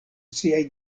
siaj